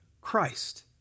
Christ